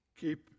Keep